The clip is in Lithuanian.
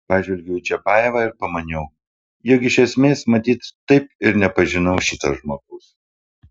pažvelgiau į čiapajevą ir pamaniau jog iš esmės matyt taip ir nepažinau šito žmogaus